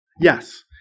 Yes